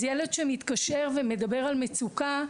אז ילד שמתקשר ומדבר על מצוקה,